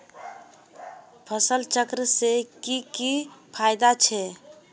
फसल चक्र से की की फायदा छे?